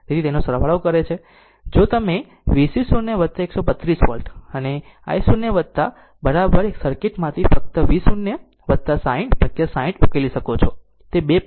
તેથી તેનો સરવાળો કરે છે અને જો તમે આ V 0 132 વોલ્ટ અને i 0 સર્કિટ માંથી ફક્ત V 0 60 ભાગ્યા 60 ઉકેલી શકો છો તેથી 2